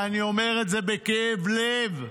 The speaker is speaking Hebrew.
ואני אומר את זה בכאב לב,